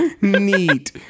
neat